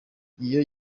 iyo